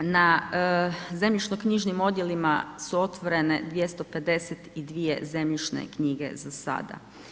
Na zemljišnoknjižnim odjelima su otvorene 252 zemljišne knjige, za sada.